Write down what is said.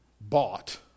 bought